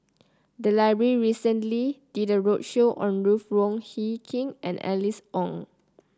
the library recently did a roadshow on Ruth Wong Hie King and Alice Ong